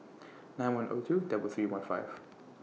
nine one O two double three one five